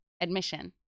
admission